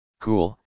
Cool